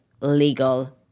legal